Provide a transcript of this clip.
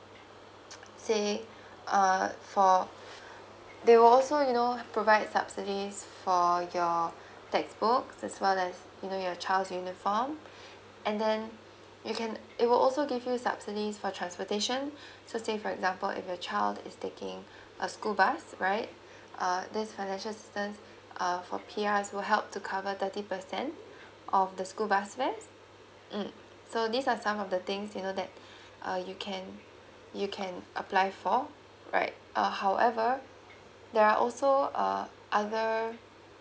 say uh for they will also you know provide subsidy for your textbook as well as you know your child's uniform and then you can it will also give you subsidies for transportation so say for example if your child is taking a school bus right uh this financial assistant uh for P_R will help to cover thirty percent of the school bus fare mm so these are some of the things you know that uh you can you can apply for all right uh however there are also uh other